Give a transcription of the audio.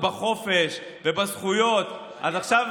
רק קח בחשבון, גם אותך אני אשאל: